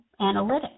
analytics